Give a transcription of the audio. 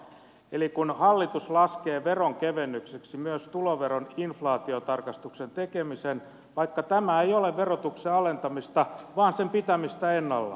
eli hallitus laskee veronkevennykseksi myös tuloveron inflaatiotarkastuksen tekemisen vaikka tämä ei ole verotuksen alentamista vaan sen pitämistä ennallaan